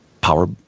power